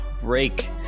break